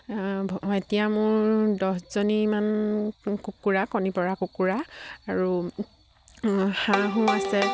এতিয়া মোৰ দহজনীমান কুকুৰা কণী পৰা কুকুৰা আৰু হাঁহো আছে